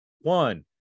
one